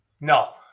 No